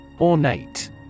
Ornate